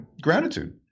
gratitude